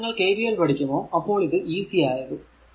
എപ്പോൾ നിങ്ങൾ KVL പഠിക്കുമോ അപ്പോൾ ഇത് ഈസി ആകും